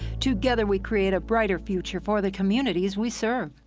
together we create a brighter future for the communities we serve.